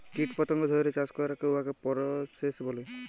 কীট পতঙ্গ ধ্যইরে চাষ ক্যইরে উয়াকে পরসেস ক্যরে